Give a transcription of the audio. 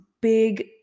big